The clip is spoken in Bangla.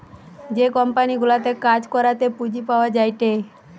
যে কোম্পানি গুলাতে কাজ করাতে পুঁজি পাওয়া যায়টে